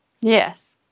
Yes